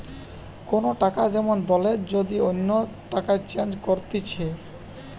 কোন টাকা যেমন দলের যদি অন্য টাকায় চেঞ্জ করতিছে